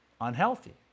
unhealthy